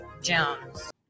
Jones